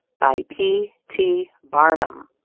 by p. t. barnum